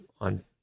on